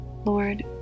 Lord